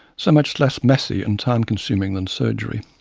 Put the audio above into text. so much less messy and time consuming than surgery.